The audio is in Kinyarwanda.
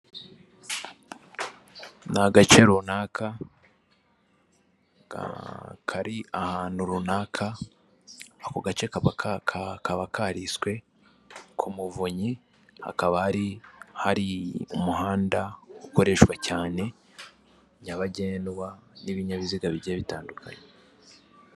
Ni agace runaka, kari ahantu runaka, ako gace kaba kariswe umuvunyi, hakaba hari umuhanda ukoreshwa cyane nyabagendwa n'ibinyabiziga bigiye bitandukanye.